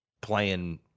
playing